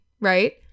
right